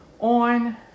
on